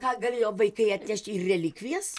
ką galėjo vaikai atnešti ir relikvijas